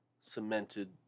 cemented